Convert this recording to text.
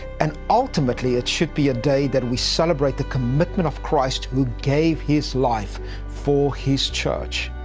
and ultimately, it should be a day that we celebrate the commitment of christ, who gave his life for his church.